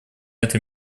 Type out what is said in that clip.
это